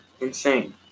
Insane